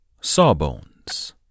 Sawbones